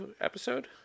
episode